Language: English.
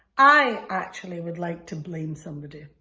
i, actually, would like to blame somebody.